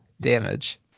damage